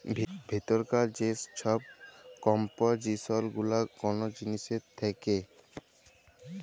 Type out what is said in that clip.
ভিতরকার যে ছব কম্পজিসল গুলা কল জিলিসের থ্যাকে